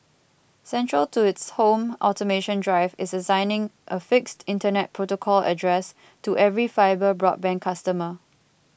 central to its home automation drive is assigning a fixed Internet protocol address to every fibre broadband customer